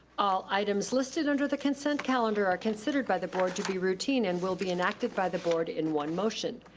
all items listed under the consent calendar are considered by the board to be routine and will be enacted by the board in one motion.